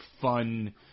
fun